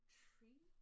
tree